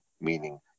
meaning